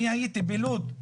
אני הייתי בלוד,